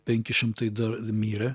penki šimtai dar mirė